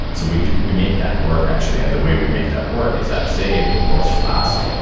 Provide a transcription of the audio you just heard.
and so we we make that work actually, and the way we make that work is that, say, it imports flask.